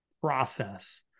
process